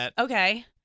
okay